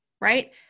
right